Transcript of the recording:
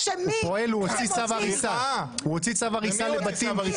הוא הוציא צו הריסה לבתים.